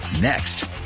Next